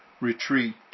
retreat